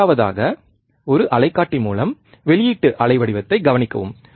மூன்றாவதாக ஒரு அலைக்காட்டி மூலம் வெளியீட்டு அலைவடிவத்தைக் கவனிக்கவும்